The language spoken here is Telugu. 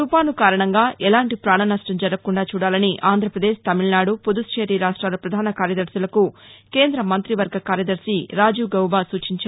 తుఫాను కారణంగా ఎలాంటి పాణ నష్టం జరగకుండా చూడాలని ఆంధ్రప్రదేశ్ తమిళనాడు పుదుచ్చేరి రాష్ట్రాల ప్రధాన కార్యదర్శులకు కేంద్ర మంతివర్గ కార్యదర్శి రాజీవ్ గౌబా సూచించారు